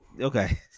Okay